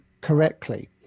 correctly